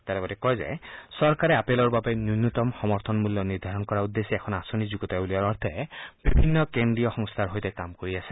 তেওঁ লগতে কয় যে চৰকাৰে আপেলৰ বাবে ন্যূনতম সমৰ্থন মূল্য নিৰ্ধাৰণ কৰাৰ উদ্দেশ্যে এখন আঁচনি যুগুতাই উলিওৱাৰ অৰ্থে বিভিন্ন কেন্দ্ৰীয় সংস্থাৰ সৈতে কাম কৰি আছে